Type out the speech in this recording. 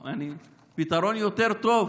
פתרון יותר טוב